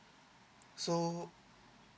so